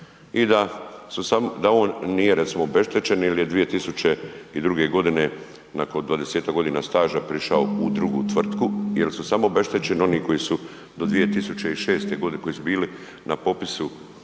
i da on nije recimo obeštećen jel je 2002.g. nakon 20.-tak godina staža prišao u drugu tvrtku jel su samo obeštećeni oni koji su do 2006.g., koji su bili na popisu